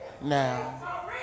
now